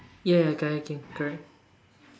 ya ya kayaking correct